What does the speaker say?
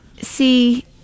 see